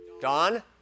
Don